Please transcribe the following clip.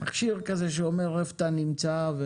מכשיר שאומר היכן אתה נמצא.